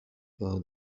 بار